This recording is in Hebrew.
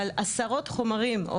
אבל עשרות חומרים,